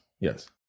Yes